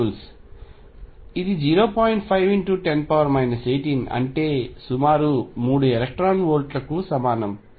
5×10 18 అంటే సుమారు 3 ఎలక్ట్రాన్ వోల్ట్లకు సమానం